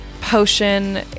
potion